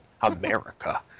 America